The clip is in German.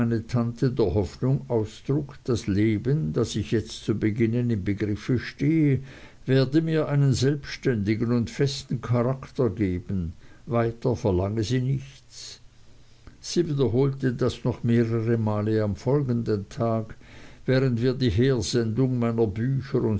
tante der hoffnung ausdruck das leben das ich jetzt zu beginnen im begriffe stehe werde mir einen selbständigen und festen charakter geben weiter verlange sie nichts sie wiederholte das noch mehrere male am folgenden tag während wir die hersendung meiner bücher